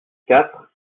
quatre